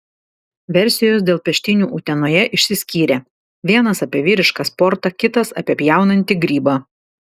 versijos dėl peštynių utenoje išsiskyrė vienas apie vyrišką sportą kitas apie pjaunantį grybą